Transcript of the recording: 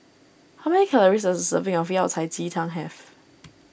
how many calories does a serving of Yao Cai Ji Tang have